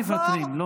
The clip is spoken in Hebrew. לא מוותרים.